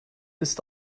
ist